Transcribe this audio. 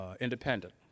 independent